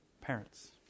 Parents